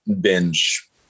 binge